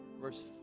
Verse